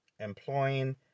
Employing